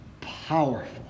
powerful